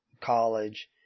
college